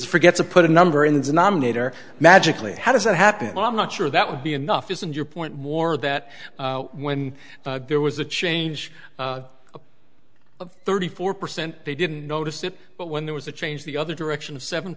forget to put a number in the denominator magically how does that happen i'm not sure that would be enough isn't your point more that when there was a change of thirty four percent they didn't notice it but when there was a change the other direction is seven